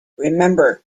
remember